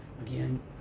Again